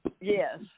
yes